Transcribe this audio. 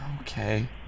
Okay